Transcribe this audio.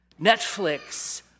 Netflix